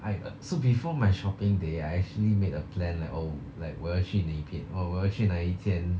I err so before my shopping the~ I actually made a plan like oh like 我要去哪一边 oh 我要去哪一间